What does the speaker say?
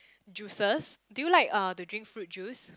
juices do you like uh to drink fruit juice